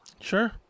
Sure